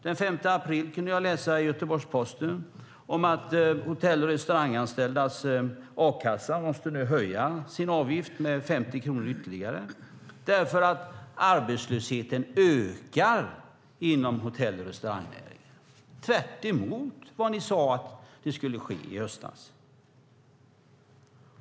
Den 5 april kunde jag läsa i Göteborgs-Posten att Hotell och restauranganställdas a-kassa måste höja avgiften med ytterligare 50 kronor därför att arbetslösheten ökar inom hotell och restaurangnäringen. Det är tvärtemot vad ni sade skulle ske i höstas.